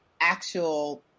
actual